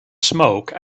smoke